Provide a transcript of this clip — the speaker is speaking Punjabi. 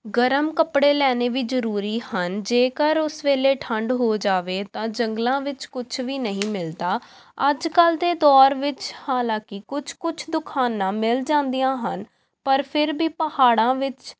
ਗਰਮ ਕੱਪੜੇ ਲੈਣੇ ਵੀ ਜ਼ਰੂਰੀ ਹਨ ਜੇਕਰ ਉਸ ਵੇਲੇ ਠੰਡ ਹੋ ਜਾਵੇ ਤਾਂ ਜੰਗਲਾਂ ਵਿੱਚ ਕੁਝ ਵੀ ਨਹੀਂ ਮਿਲਦਾ ਅੱਜ ਕੱਲ੍ਹ ਦੇ ਦੌਰ ਵਿੱਚ ਹਾਲਾਂਕਿ ਕੁਝ ਕੁਝ ਦੁਕਾਨਾਂ ਮਿਲ ਜਾਂਦੀਆਂ ਹਨ ਪਰ ਫਿਰ ਵੀ ਪਹਾੜਾਂ ਵਿੱਚ